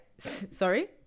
sorry